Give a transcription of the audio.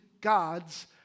god's